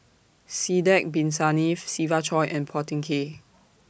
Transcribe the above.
Sidek Bin Saniff Siva Choy and Phua Thin Kiay